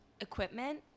equipment